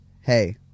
hey